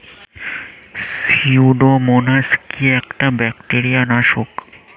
Pseudomonas কি একটা bacteria নাশক?